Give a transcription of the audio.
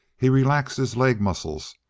he relaxed his leg muscles,